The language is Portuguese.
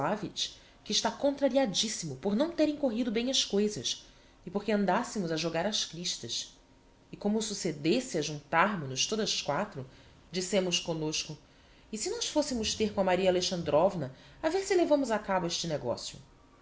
stanislavitch que está contrariadissimo por não terem corrido bem as coisas e porque andassemos a jogar as cristas e como succedesse ajuntarmo nos todas quatro dissémos comnosco e se nós fossemos ter com a maria alexandrovna a ver se levamos a cabo este negocio